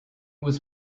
was